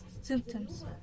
symptoms